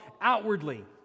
outwardly